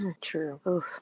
True